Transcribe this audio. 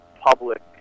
public